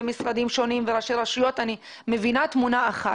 משרדים שונים וראשי רשויות אני מבינה תמונה אחת: